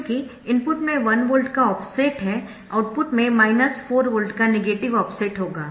क्योंकि इनपुट में 1V का ऑफसेट है आउटपुट में 4V का नेगेटिव ऑफसेट होगा